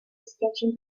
sketching